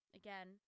again